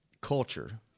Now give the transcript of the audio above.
culture